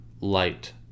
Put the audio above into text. light